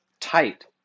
tight